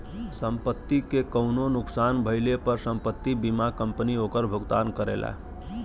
संपत्ति के कउनो नुकसान भइले पर संपत्ति बीमा कंपनी ओकर भुगतान करला